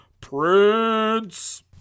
Prince